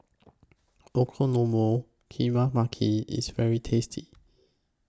Okonomiyaki IS very tasty